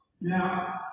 Now